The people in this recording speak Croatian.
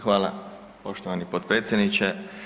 Hvala poštovani potpredsjedniče.